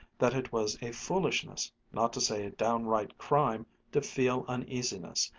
that it was a foolishness, not to say a downright crime, to feel uneasiness.